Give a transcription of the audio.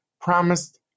promised